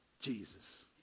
Jesus